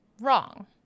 wrong